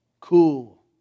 Cool